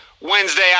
Wednesday